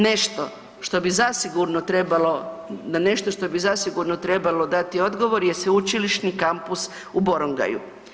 Nešto, što bi zasigurno trebalo, na nešto što bi zasigurno trebalo dati odgovor je Sveučilišni kampus u Borongaju.